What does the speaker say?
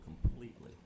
completely